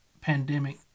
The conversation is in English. pandemic